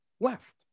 left